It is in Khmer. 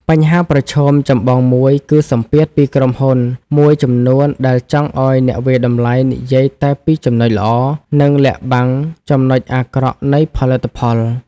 បញ្ហាប្រឈមចម្បងមួយគឺសម្ពាធពីក្រុមហ៊ុនមួយចំនួនដែលចង់ឱ្យអ្នកវាយតម្លៃនិយាយតែពីចំណុចល្អ និងលាក់បាំងចំណុចអាក្រក់នៃផលិតផល។